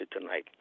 tonight